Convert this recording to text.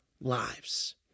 lives